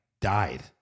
died